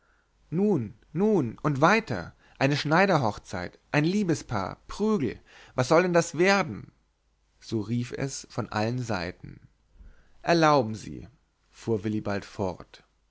nun nun und weiter eine schneiderhochzeit ein liebespaar prügel was soll das dann werden so rief es von allen seiten erlauben sie fuhr willibald fort